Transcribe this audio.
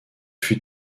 fut